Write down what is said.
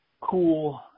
cool